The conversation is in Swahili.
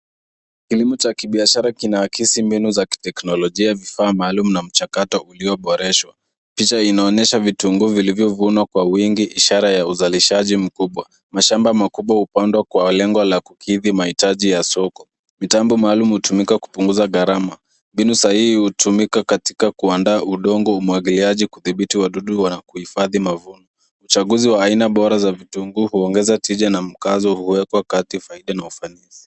Kilimo cha kibiashara kina akisi mbinu za kiteknolojia, vifaa maalum, na mchakato ulioboreshwa. Picha inaonyesha vitunguu vilivyovunwa kwa wingi ishara ya uzalishaji mkubwa. Mashamba makubwa hupondwa kwa lengo la kukidhi mahitaji ya soko. Mitambo maalum hutumika kupunguza gharama. Mbinu sahihi hutumika katika kuandaa udongo umwagiliaji kudhibiti wadudu wanakohifadhi mavuno. Uchaguzi wa aina bora za vitunguu huongeza tija na mkazo huwekwa katika ufanisi.